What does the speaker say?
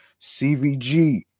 CVG